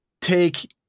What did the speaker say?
take